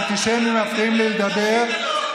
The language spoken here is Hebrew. האנטישמים מפריעים לי לדבר.